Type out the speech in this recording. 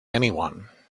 anyone